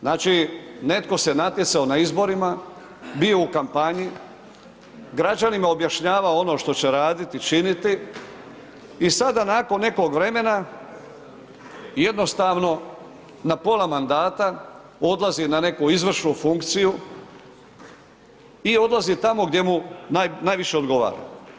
Znači, netko se natjecao na izborima, bio u kampanji, građanima objašnjavao ono što će raditi, činiti i sada nakon nekog vremena jednostavno, na pola mandata odlazi na neku izvršnu funkciju i odlazi tamo gdje mu najviše odgovara.